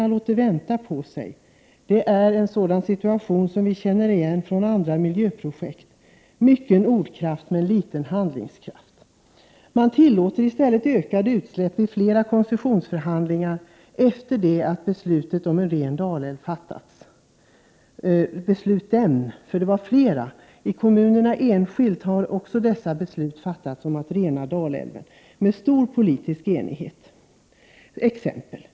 Men på aktivt handlande får man vänta. Den situationen känns igen från andra miljöprojekt — alltså mycken ordkraft men liten handlingskraft! I stället har man tillåtit ökade utsläpp i samband med flera koncessionsförhandlingar efter det att besluten om rening av Dalälven har fattats. Även ute i de enskilda kommunerna har beslut fattats under stor politisk enighet om att Dalälven skall renas. Jag vill anföra några exempel.